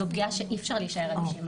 זו פגיעה שאי אפשר להישאר אדישים לה.